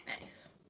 Nice